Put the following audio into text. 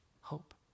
hope